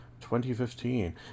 2015